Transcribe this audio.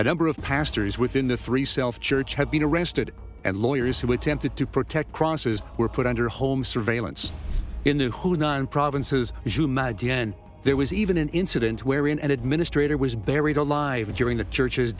a number of pastors within the three self church have been arrested and lawyers who attempted to protect crosses were put under home surveillance in the hunan provinces d n there was even an incident where in an administrator was buried alive during the church